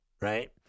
right